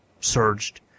surged